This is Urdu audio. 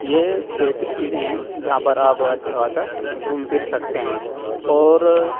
یہ بیسک چیزیں ہیں جہاں پر آپ اچھا خاصہ گھوم پھر سکتے ہیں اور